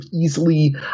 easily